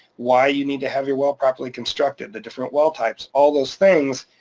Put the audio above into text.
why you need to have your well properly constructed, the different well types, all those things,